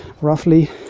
roughly